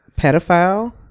Pedophile